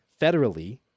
federally